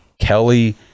Kelly